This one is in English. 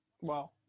Wow